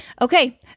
Okay